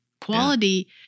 quality